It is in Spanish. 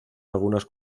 algunas